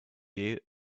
you